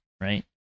right